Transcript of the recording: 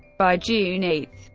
by june eight,